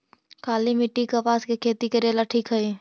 काली मिट्टी, कपास के खेती करेला ठिक हइ?